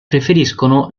preferiscono